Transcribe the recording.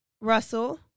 Russell